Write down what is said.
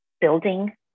building